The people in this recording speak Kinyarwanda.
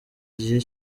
gihe